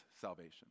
salvation